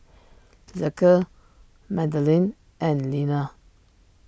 Zeke Madelene and Leaner